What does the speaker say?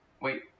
Wait